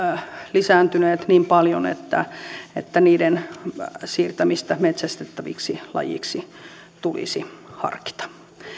lisääntyneet niin paljon että että niiden siirtämistä metsästettäviksi lajeiksi tulisi harkita